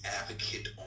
advocate